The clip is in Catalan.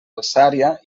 alçària